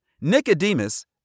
Nicodemus